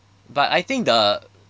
but I think the